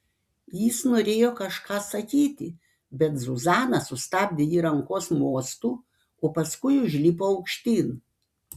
jis norėjo kažką sakyti bet zuzana sustabdė ji rankos mostu o paskui užlipo aukštyn